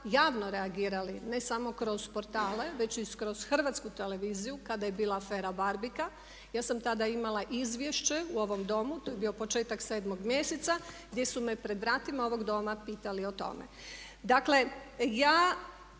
javno reagirali ne samo kroz portale, već i kroz Hrvatsku televiziju kada je bila afera barbika. Ja sam tada imala izvješće u ovom domu, to je bio početak 7. mjeseca gdje su me pred vratima ovog Doma pitali o tome. Dakle ja